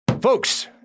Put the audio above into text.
Folks